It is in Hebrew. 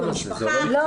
אלימות במשפחה,